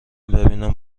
ببینم